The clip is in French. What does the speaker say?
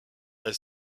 elle